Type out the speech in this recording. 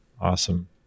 Awesome